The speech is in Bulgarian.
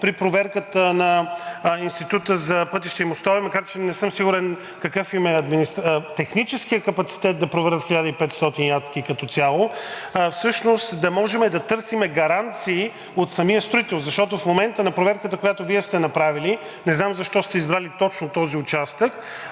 при проверката на Института за пътища и мостове макар че не съм сигурен какъв им е техническият капацитет да проверят 1500 ядки, като цяло всъщност да можем да търсим гаранции от самия строител. В момента на проверката, която Вие сте направили, не знам защо сте избрали точно този участък,